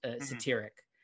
satiric